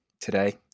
today